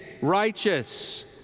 righteous